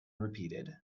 repeated